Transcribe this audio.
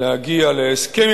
להגיע להסכם,